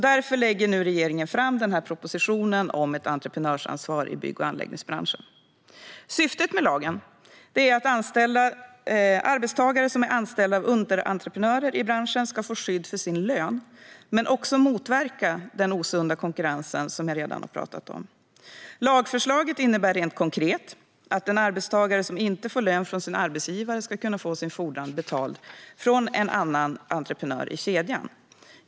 Därför lägger regeringen nu fram propositionen om ett entreprenörsansvar i bygg och anläggningsbranschen. Syftet med lagen är att arbetstagare som är anställda av underentreprenörer i branschen ska få skydd för sin lön, men också att motverka den osunda konkurrens som jag redan har talat om. Lagförslaget innebär konkret att en arbetstagare som inte får lön från sin arbetsgivare ska kunna få sin fordran betald från en annan entreprenör i kedjan.